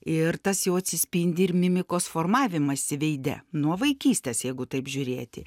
ir tas jau atsispindi ir mimikos formavimąsi veide nuo vaikystės jeigu taip žiūrėti